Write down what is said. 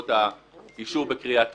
בעקבות האישור בקריאה טרומית.